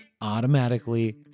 automatically